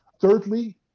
thirdly